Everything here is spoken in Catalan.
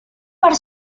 per